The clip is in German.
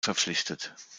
verpflichtet